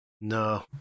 no